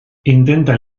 intenta